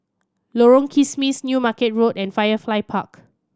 Lorong Kismis New Market Road and Firefly Park